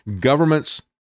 Governments